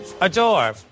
Adore